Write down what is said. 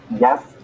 yes